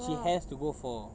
she has to go for